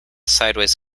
sideways